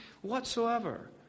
whatsoever